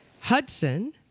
Hudson